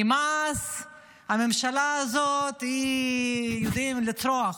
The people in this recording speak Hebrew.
נמאס, הממשלה הזאת, יודעים לצרוח,